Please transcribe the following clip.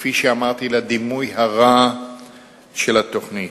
כפי שאמרתי, לדימוי הרע של התוכנית.